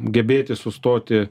gebėti sustoti